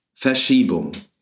verschiebung